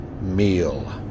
meal